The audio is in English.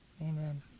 Amen